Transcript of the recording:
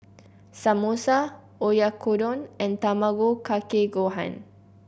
Samosa Oyakodon and Tamago Kake Gohan